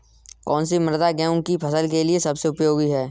कौन सी मृदा गेहूँ की फसल के लिए सबसे उपयोगी है?